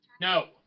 No